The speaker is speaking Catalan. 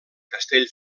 castell